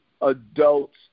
adults